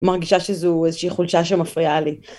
מרגישה שזו איזושהי חולשה שמפריעה לי.